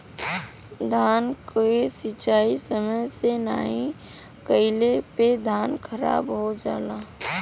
धान के सिंचाई समय से नाहीं कइले पे धान खराब हो जाला